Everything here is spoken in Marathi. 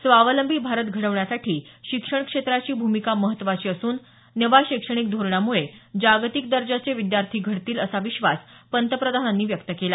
स्वावलंबी भारत घडवण्यासाठी शिक्षण क्षेत्राची भूमिका महत्त्वाची असून नव्या शैक्षणिक धोरणामुळे जागतिक दर्जाचे विद्यार्थी घडतील असा विश्वास पंतप्रधानांनी व्यक्त केला